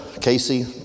Casey